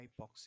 hypoxia